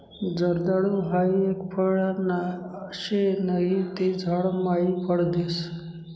जर्दाळु हाई एक फळ शे नहि ते झाड मायी फळ देस